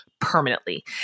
permanently